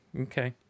Okay